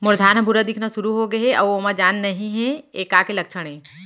मोर धान ह भूरा दिखना शुरू होगे हे अऊ ओमा जान नही हे ये का के लक्षण ये?